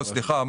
סליחה,